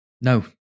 no